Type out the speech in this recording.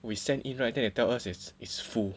we sent in right then they tell us it's it's full